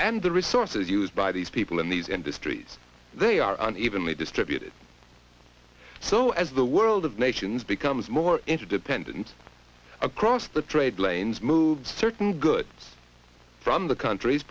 and the resources used by these people in these industries they are unevenly distributed so as the world of nations becomes more interdependent across the trade lanes move certain goods from the countr